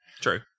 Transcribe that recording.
True